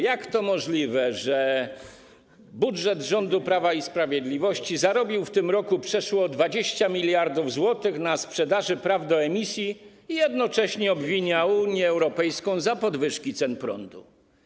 Jak to możliwe, że rząd Prawa i Sprawiedliwości zarobił w tym roku przeszło 20 mld zł do budżetu na sprzedaży praw do emisji i jednocześnie obwinia Unię Europejską za podwyżki cen prądu?